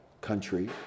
country